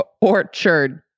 Orchard